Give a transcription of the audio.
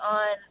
on